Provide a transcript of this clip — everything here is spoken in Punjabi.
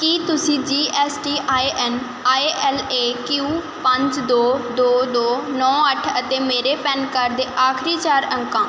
ਕੀ ਤੁਸੀਂ G S T I N I L A Q ਪੰਜ ਦੋ ਦੋ ਦੋ ਨੌਂ ਅੱਠ ਅਤੇ ਮੇਰੇ ਪੈਨ ਕਾਰਡ ਦੇ ਆਖਰੀ ਚਾਰ ਅੰਕਾਂ